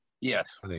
Yes